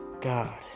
God